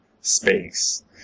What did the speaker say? space